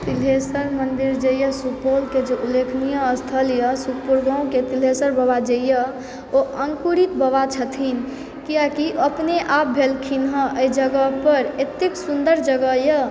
तिलेश्वर मन्दिर जे यऽ सुपौलके जे उल्लेखनीय स्थल यऽ सुपौल गाँवके तिलेश्वर बाबा जे यऽ ओ अङ्कुरित बाबा छथिन कियाकि ओ अपने आप भेलखिन हँ अय जगहपर एतेक सुन्दर जगह यऽ